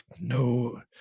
no